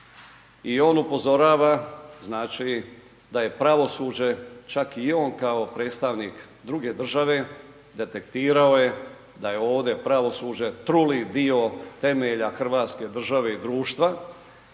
I on upozorava da je pravosuđe čak i on kao predstavnik druge države detektirao da je ovdje pravosuđe truli dio temelja Hrvatske države i društva,